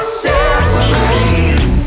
separate